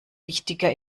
wichtiger